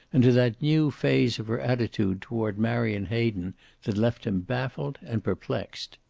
and to that new phase of her attitude toward marion hayden that left him baffled and perplexed.